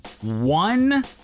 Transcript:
one